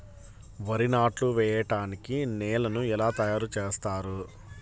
వరి నాట్లు వేయటానికి నేలను ఎలా తయారు చేస్తారు?